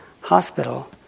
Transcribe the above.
hospital